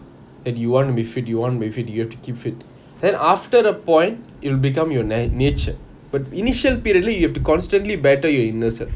that you want to be fit you want to be fit you have to keep fit then after the point it'll become your na~ nature the initial period lah you'll have to constantly battle your inner self